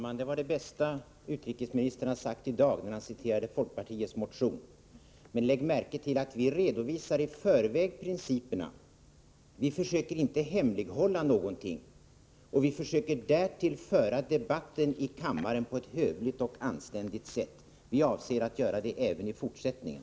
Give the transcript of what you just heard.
Fru talman! Det bästa som utrikesministern har sagt i dag var när han citerade folkpartiets motion. Men lägg märke till att vi redovisar principerna för vårt handlande i förväg. Vi försöker inte hemlighålla någonting. Vi försöker därtill föra debatten i kammaren på ett hövligt och anständigt sätt, och vi avser att göra det även i fortsättningen.